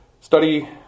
study